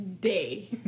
day